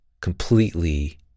completely